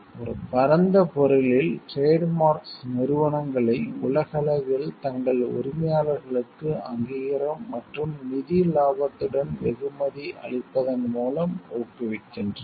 ஒரு பரந்த பொருளில் டிரேட் மார்க்ஸ் நிறுவனங்களை உலகளவில் தங்கள் உரிமையாளர்களுக்கு அங்கீகாரம் மற்றும் நிதி லாபத்துடன் வெகுமதி அளிப்பதன் மூலம் ஊக்குவிக்கின்றன